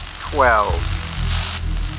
twelve